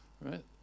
right